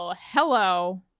Hello